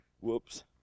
whoops